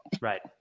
Right